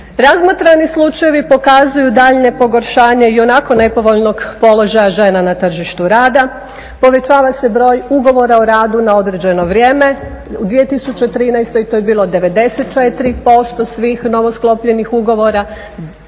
Razmatrani slučajevi pokazuju daljnje pogoršanje ionako nepovoljnog položaja žena na tržištu rada, povećava se broj ugovora o radu na određeno vrijeme. U 2013. to je bilo 94% svih novosklopljenih ugovora,